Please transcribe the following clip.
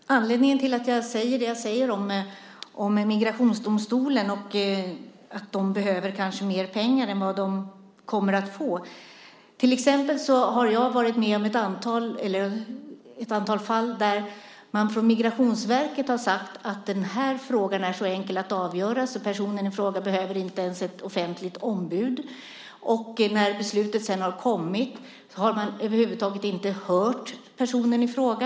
Fru talman! Anledningen till att jag säger det som jag säger om att migrationsdomstolarna kanske behöver mer pengar än de kommer att få är att jag har varit med om ett antal fall där man från Migrationsverket har sagt att frågan är så enkel att avgöra att personen i fråga inte ens behöver ett offentligt ombud. När beslutet sedan har kommit har man över huvud taget inte hört personen i fråga.